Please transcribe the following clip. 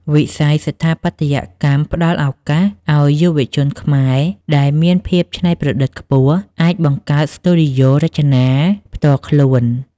វិស័យស្ថាបត្យកម្មផ្ដល់ឱកាសឱ្យយុវជនខ្មែរដែលមានភាពច្នៃប្រឌិតខ្ពស់ អាចបង្កើតស្ទូឌីយោរចនា (Design Studio) ផ្ទាល់ខ្លួន។